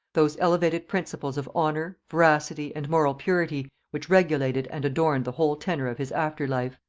those elevated principles of honor, veracity and moral purity which regulated and adorned the whole tenor of his after-life.